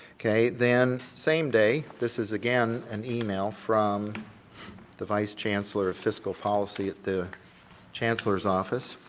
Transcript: okay, then same day, this is again an email from the vice chancellor of fiscal policy, the chancellor's office,